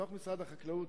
בתוך משרד החקלאות,